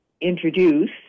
introduce